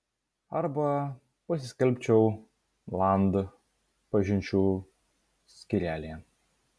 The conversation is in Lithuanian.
arba pasiskelbčiau land pažinčių skyrelyje